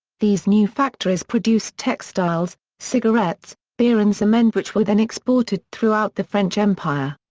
these new factories produced textiles, cigarettes, beer and cement which were then exported throughout the french empire.